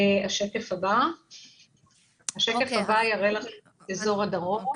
השקף הבא מראה את אזור הדרום.